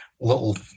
little